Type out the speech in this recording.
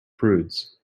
prudes